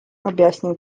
objaśnił